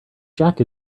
jack